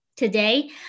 Today